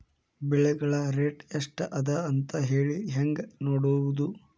ಬೆಳೆಗಳ ರೇಟ್ ಎಷ್ಟ ಅದ ಅಂತ ಹೇಳಿ ಹೆಂಗ್ ನೋಡುವುದು?